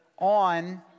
On